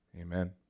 Amen